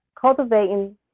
cultivating